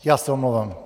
Já se omlouvám.